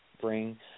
bring